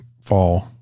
fall